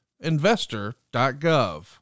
investor.gov